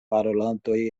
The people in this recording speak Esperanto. parolantoj